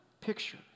picture